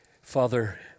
Father